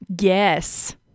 Yes